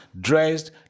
dressed